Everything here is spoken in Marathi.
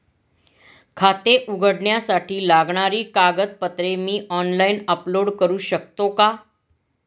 खाते उघडण्यासाठी लागणारी कागदपत्रे मी ऑनलाइन अपलोड करू शकतो का?